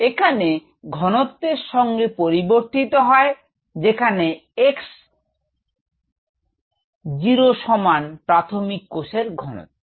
এখানে ঘনত্বের সঙ্গে পরিবর্তিত হয় যেখানে x০ সমান প্রাথমিক কোষের ঘনত্ত